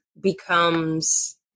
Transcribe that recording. becomes